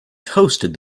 toasted